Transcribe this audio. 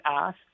asked